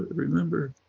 remember.